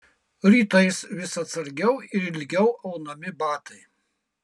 rytais vis atsargiau ir ilgiau aunami batai